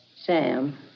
Sam